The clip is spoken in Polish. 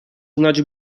znać